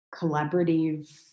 collaborative